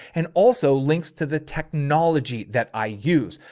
and also links to the technology that i use.